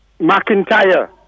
McIntyre